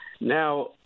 Now